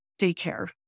daycare